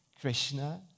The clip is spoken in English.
Krishna